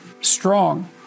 strong